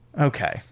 Okay